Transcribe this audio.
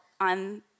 on